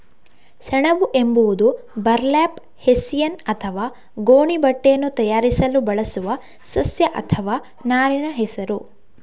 ಸೆಣಬು ಎಂಬುದು burlap, hessian ಅಥವಾ ಗೋಣಿ ಬಟ್ಟೆಯನ್ನು ತಯಾರಿಸಲು ಬಳಸುವ ಸಸ್ಯ ಅಥವಾ ನಾರಿನ ಹೆಸರು